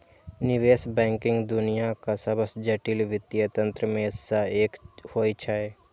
निवेश बैंकिंग दुनियाक सबसं जटिल वित्तीय तंत्र मे सं एक होइ छै